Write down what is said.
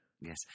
Yes